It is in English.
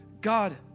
god